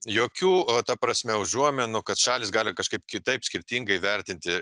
jokių a ta prasme užuominų kad šalys gali kažkaip kitaip skirtingai vertinti